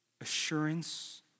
assurance